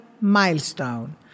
milestone